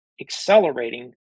accelerating